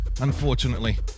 unfortunately